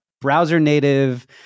browser-native